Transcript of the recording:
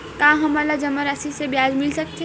का हमन ला जमा राशि से ब्याज मिल सकथे?